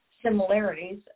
similarities